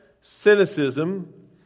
cynicism